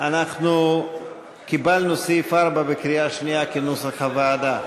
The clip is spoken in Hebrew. אנחנו קיבלנו את סעיף 4 בקריאה שנייה כנוסח הוועדה.